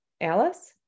Alice